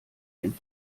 den